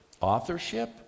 authorship